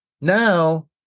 now